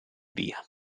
via